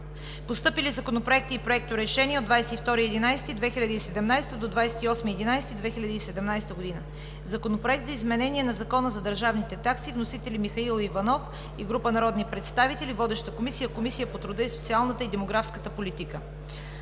Постъпили законопроекти и проекторешения от 22 до 28 ноември 2017 г.: - Законопроект за изменение на Закона за държавните такси. Вносители: Михаил Иванов и група народни представители. Водеща е Комисията по труда, социалната и демографската политика;